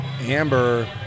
Amber